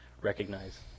recognize